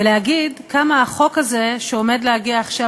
ולהגיד כמה החוק הזה שעומד להגיע עכשיו